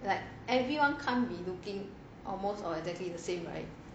like everyone can't be looking almost exactly the same right